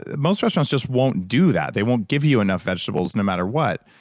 most restaurants just won't do that. they won't give you enough vegetables no matter what.